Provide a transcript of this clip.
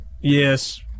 Yes